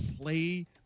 play